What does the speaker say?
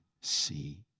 see